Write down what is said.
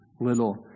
Little